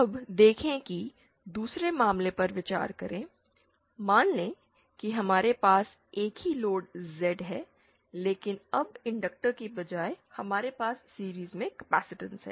अब देखें कि दूसरे मामले पर विचार करें मान लें कि हमारे पास एक ही लोड Z है लेकिन अब इंडक्टर के बजाय हमारे पास सीरिज़ में कैपेसिटेंस है